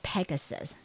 Pegasus